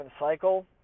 Cycle